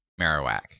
Marowak